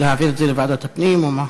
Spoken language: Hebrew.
להעביר את זה לוועדת הפנים או מה?